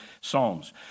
Psalms